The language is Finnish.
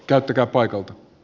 käyttäkää paikalta